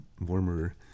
warmer